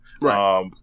Right